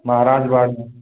महाराज बाग़